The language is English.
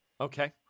Okay